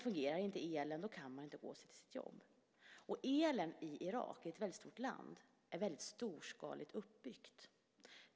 Fungerar inte elen så kan man inte gå till sitt jobb. Elförsörjningen i Irak, ett mycket stort land, är väldigt storskaligt uppbyggd.